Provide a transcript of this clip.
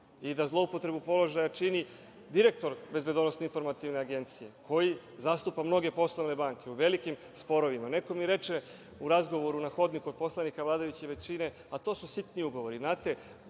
i da zloupotrebu položaja čini direktor BIA, koji zastupa mnoge poslovne banke u velikim sporovima. Neko mi reče u razgovoru na hodniku od poslanika vladajuće većine – to su sitni ugovori.